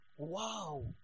Wow